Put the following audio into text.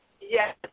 Yes